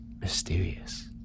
Mysterious